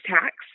Tax